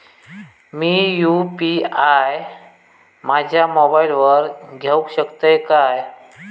मी UPI माझ्या मोबाईलावर घेवक शकतय काय?